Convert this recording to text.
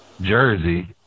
jersey